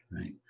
right